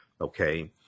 Okay